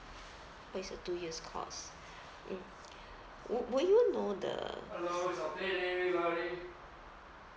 oh it's a two years course mm w~ would you know the